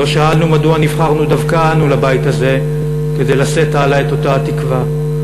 לא שאלנו מדוע נבחרנו דווקא אנו לבית הזה כדי לשאת הלאה את אותה התקווה,